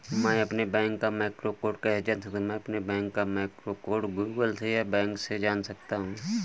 मैं अपने बैंक का मैक्रो कोड कैसे जान सकता हूँ?